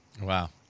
Wow